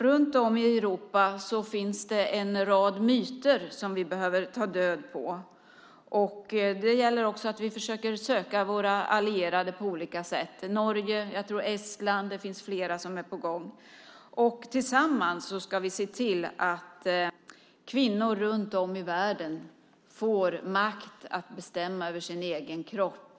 Runt om i Europa finns en rad myter som vi behöver ta död på. Vidare gäller det att på olika sätt försöka finna våra allierade - Norge, Estland med flera länder är på gång. Tillsammans ska vi se till att kvinnor runt om i världen får makt att bestämma över sin egen kropp.